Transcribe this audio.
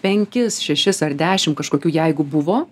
penkis šešis ar dešimt kažkokių jeigu buvo